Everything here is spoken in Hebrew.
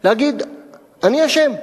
להגיד "אני אשם",